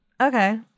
Okay